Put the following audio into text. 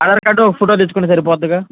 Aadhaar card ఒక photo తెచ్చుకుంటే సరిపోతుందిగా